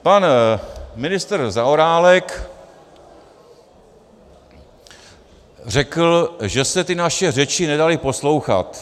Pan ministr Zaorálek řekl, že se ty naše řeči nedaly poslouchat.